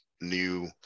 new